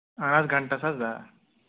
اَہَن حظ گَنٛٹَس حظ زٕ ہَتھ